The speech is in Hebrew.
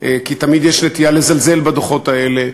כי תמיד יש נטייה לזלזל בדוחות האלה.